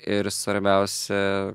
ir svarbiausia